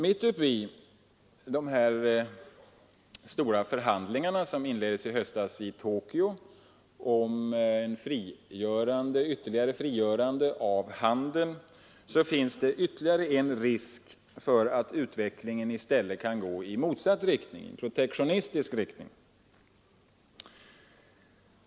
Mitt uppe i de stora förhandlingar, som inleddes i höstas i Tokyo om ett ytterligare frigörande av handeln, finns ännu en risk för att utvecklingen i stället kan gå i motsatt, protektionistisk riktning.